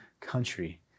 country